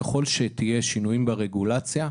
ככל שיהיו שינויים ברגולציה,